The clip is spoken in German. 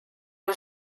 das